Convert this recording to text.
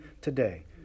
today